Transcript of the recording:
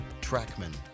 Trackman